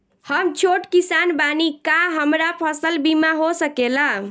हम छोट किसान बानी का हमरा फसल बीमा हो सकेला?